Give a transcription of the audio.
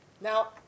Now